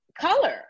color